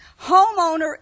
Homeowner